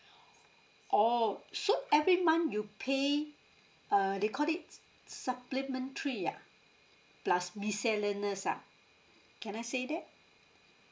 oh so every month you pay err they call it supplementary ah plus miscellaneous ah can I say that